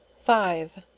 five.